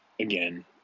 again